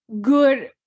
good